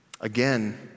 Again